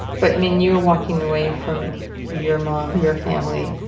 but i mean, you were walking away from your mom, your family,